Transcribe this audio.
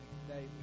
today